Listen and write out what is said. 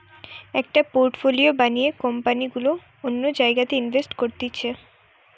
একটা পোর্টফোলিও বানিয়ে কোম্পানি গুলা অন্য জায়গায় ইনভেস্ট করতিছে